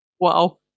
Wow